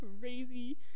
crazy